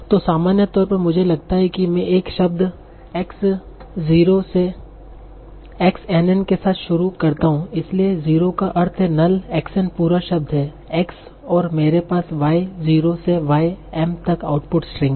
तो सामान्य तौर पर मुझे लगता है कि मैं एक शब्द X 0 से XN के साथ शुरू करता हूं इसलिए 0 का अर्थ है null XN पूरा शब्द है X और मेरे पास Y 0 से Y M तक आउटपुट स्ट्रिंग है